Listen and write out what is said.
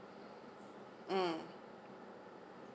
mm